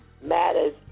matters